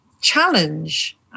challenge